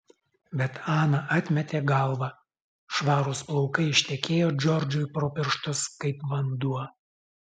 bet ana atmetė galvą švarūs plaukai ištekėjo džordžui pro pirštus kaip vanduo